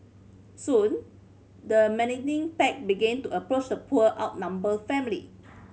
soon the menacing pack began to approach the poor outnumbered family